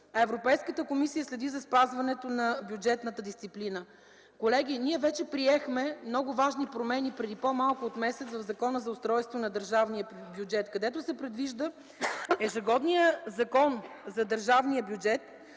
Европейската комисия следи за спазването на бюджетната дисциплина. Колеги, ние вече приехме много важни промени преди по-малко от месец в Закона за устройство на държавния бюджет, където се предвижда ежегодният Закон за държавния бюджет